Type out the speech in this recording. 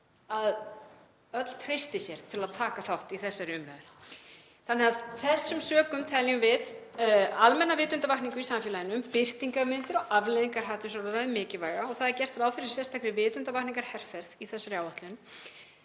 að öll treysti sér til að taka þátt í þessari umræðu? Af þessum sökum teljum við almenna vitundarvakningu í samfélaginu um birtingarmyndir og afleiðingar hatursorðræðu mikilvæga og er gert ráð fyrir sérstakri vitundarvakningarherferð í þessari áætlun.